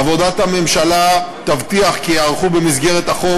עבודת הממשלה תבטיח כי ייערכו במסגרת החוק